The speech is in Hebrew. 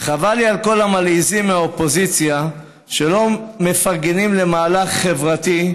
חבל לי על כל המלעיזים מהאופוזיציה שלא מפרגנים על מהלך חברתי,